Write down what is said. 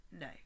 No